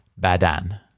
Badan